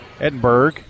Edinburgh